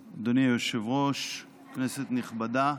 היושב-ראש, כנסת נכבדה,